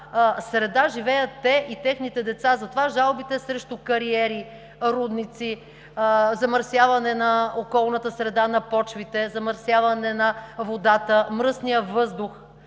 среда живеят те и техните деца. Затова са жалбите срещу кариери, рудници, замърсяване на околната среда, на почвите, замърсяване на водата, мръсния въздух,